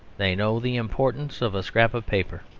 they know the importance of a scrap of paper.